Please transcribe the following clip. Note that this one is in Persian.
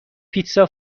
پیتزا